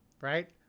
right